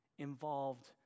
involved